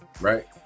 right